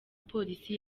polisi